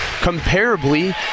comparably